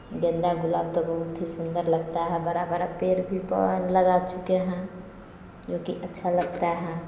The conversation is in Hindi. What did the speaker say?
गेंदा गुलाब तो बहुत ही सुन्दर लगता है बड़ा बड़ा पेड़ भी पवान लगा चुके हैं जोकि अच्छा लगता है